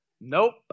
Nope